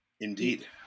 indeed